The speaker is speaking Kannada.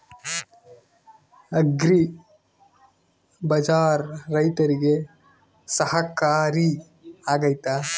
ಅಗ್ರಿ ಬಜಾರ್ ರೈತರಿಗೆ ಸಹಕಾರಿ ಆಗ್ತೈತಾ?